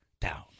down